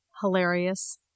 hilarious